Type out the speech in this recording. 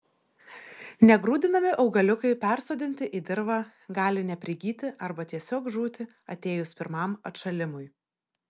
negrūdinami augaliukai persodinti į dirvą gali neprigyti arba tiesiog žūti atėjus pirmam atšalimui